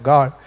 God